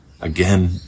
again